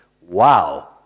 Wow